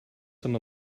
some